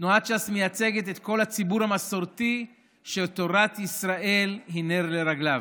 תנועת ש"ס מייצגת את כל הציבור המסורתי שתורת ישראל היא נר לרגליו.